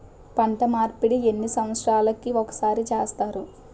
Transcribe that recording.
పంట మార్పిడి ఎన్ని సంవత్సరాలకి ఒక్కసారి చేస్తారు?